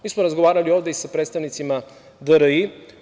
Mi smo razgovarali ovde i sa predstavnicima DRI.